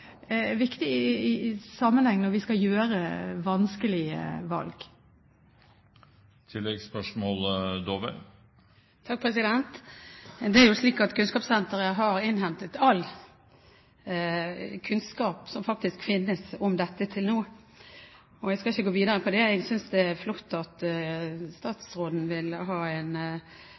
viktig i sammenhenger der vi skal gjøre vanskelige valg. Det er slik at Kunnskapssenteret har innhentet all kunnskap som faktisk finnes om dette til nå. Jeg skal ikke gå videre på det. Jeg synes det er flott at statsråden vil ha en